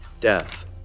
death